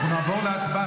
אנחנו נעבור להצבעה.